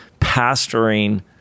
pastoring